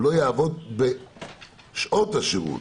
לא יעבוד בשעות השירות.